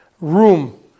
room